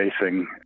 facing